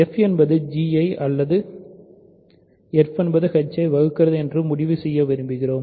f என்பது g ஐ அல்லது f என்பது h ஐ வகுக்கிறது என்று முடிவு செய்ய விரும்புகிறோம்